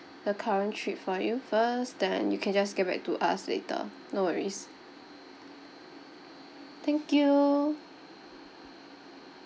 the current trip for you first then you can just get back to us later no worries thank you